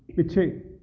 ਪਿੱਛੇ